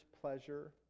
pleasure